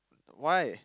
why